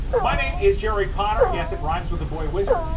my name is jerry potter, yes it rhymes with the boy wizard,